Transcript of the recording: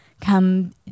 come